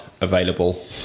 available